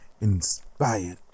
inspired